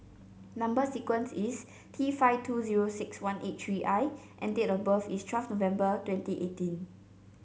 number sequence is T five two zero six one eight three I and date of birth is twelve November twenty eighteen